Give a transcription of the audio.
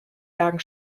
jagen